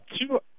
Two